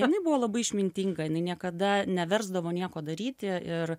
jinai buvo labai išmintinga jinai niekada neversdavo nieko daryti ir